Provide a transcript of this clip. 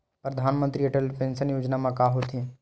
परधानमंतरी अटल पेंशन योजना मा का होथे?